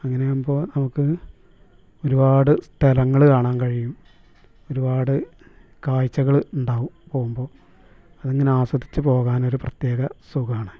അങ്ങനെയാകുമ്പോൾ നമുക്ക് ഒരുപാട് സ്ഥലങ്ങൾ കാണാൻ കഴിയും ഒരുപാട് കാഴ്ചകൾ ഉണ്ടാവും പോവുമ്പോൾ അത് ഇങ്ങനെ ആസ്വദിച്ച് പോകാൻ ഒരു പ്രത്യേക സുഖമാണ്